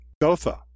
Gotha